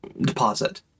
deposit